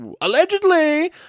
Allegedly